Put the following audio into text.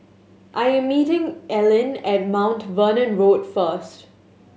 I am meeting Ellyn at Mount Vernon Road first